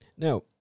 Now